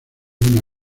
una